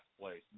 place